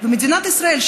מדינת ישראל,